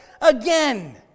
again